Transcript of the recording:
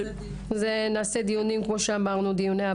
אבל נעשה דיוני עבודה, כמו שאמרנו.